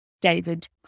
David